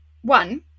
One